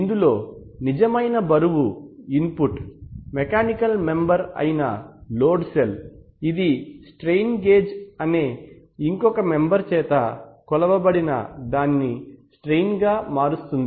ఇందులో నిజమైన బరువు ఇన్పుట్మెకానికల్ మెంబర్ అయిన లోడ్ సెల్ ఇది స్ట్రైన్ గేజ్ అనే ఇంకొక మెంబర్ చేత కొలవబడిన దానిని స్ట్రెయిన్ గా మారుస్తుంది